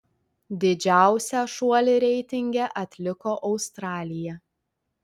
didžiausią šuolį reitinge atliko australija